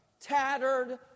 Tattered